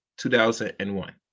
2001